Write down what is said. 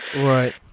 Right